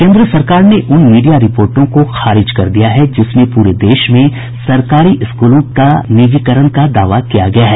केन्द्र सरकार ने उन मीडिया रिपोर्टों को खारिज कर दिया है जिसमें पूरे देश में सरकारी स्कूलों का निजीकरण का दावा किया गया है